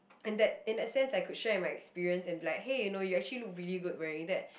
in that in that sense I could share my experience and like hey you know you actually look really good wearing that